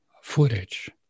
footage